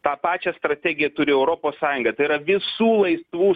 tą pačią strategiją turi europos sąjunga tai yra visų laisvų